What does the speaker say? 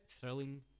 Thrilling